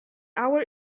our